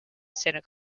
santa